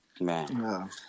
Man